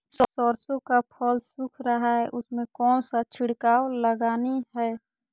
सरसो का फल सुख रहा है उसमें कौन सा छिड़काव लगानी है?